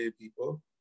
people